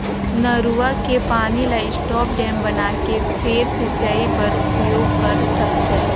नरूवा के पानी ल स्टॉप डेम बनाके फेर सिंचई बर उपयोग कर सकथे